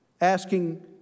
asking